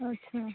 अच्छा